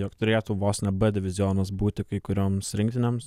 jog turėtų vos ne b divizionas būti kai kurioms rinktinėms